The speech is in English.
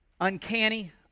uncanny